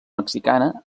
mexicana